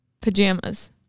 Pajamas